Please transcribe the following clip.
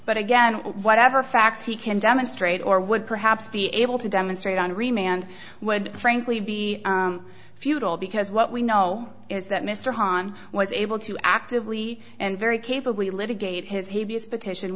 but again whatever facts he can demonstrate or would perhaps be able to demonstrate henri mand would frankly be futile because what we know is that mr hahn was able to actively and very capabl